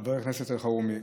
חבר הכנסת אלחרומי.